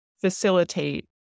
facilitate